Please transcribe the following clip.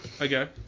Okay